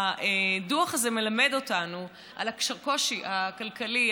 הדוח הזה מלמד אותנו על הקושי הכלכלי,